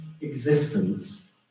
existence